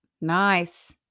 nice